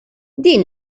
din